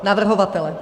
Navrhovatele.